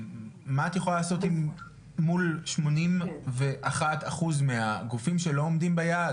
מה את יכולה לעשות מול שמונים ואחד אחוז מהגופים שלא עומדים ביעד,